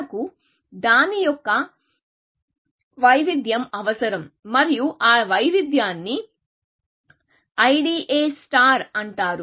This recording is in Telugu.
మనకు దాని యొక్క వైవిధ్యం అవసరం మరియు ఆ వైవిధ్యాన్ని IDA అంటారు